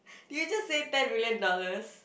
did you just say ten million dollars